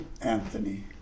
Anthony